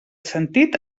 sentit